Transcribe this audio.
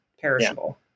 perishable